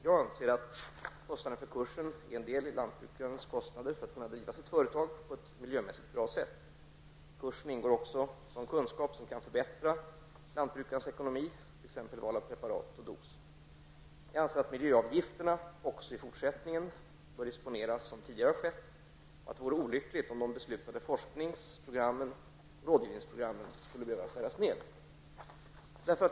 Jag anser att kostnaden för kursen är en del i lantbrukarens kostnader för att kunna driva sitt företag på ett miljömässigt bra sätt. I kursen ingår även sådan kunskap som kan förbättra lantbrukarens ekonomi, t.ex. val av preparat och dos. Jag anser att miljöavgifterna även fortsättningsvis bör disponeras som tidigare har skett och att det vore olyckligt om de beslutade forsknings och rådgivningsprogrammen skulle behöva skäras ned.